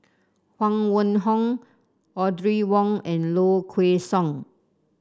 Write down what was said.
Huang Wenhong Audrey Wong and Low Kway Song